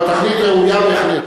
והתכלית ראויה בהחלט.